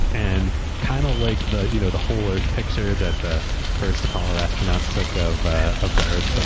and kind of like the you know the whole earth picture that the first apollo astronauts took of ah of the earth from